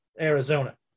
Arizona